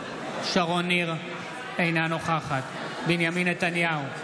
אינה נוכחת בנימין נתניהו,